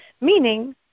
Meaning